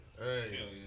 Hey